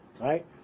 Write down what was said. right